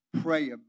pray